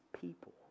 people